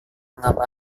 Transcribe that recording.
mengapa